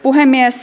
puhemies